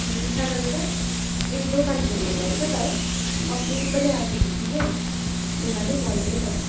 ए सागर दादा ए दोकान खोल्नु भएछ त है अघि पनि आएको थिएँ कि म दोकान नै बन्द थियो हौ तपाईँको